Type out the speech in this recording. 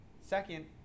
Second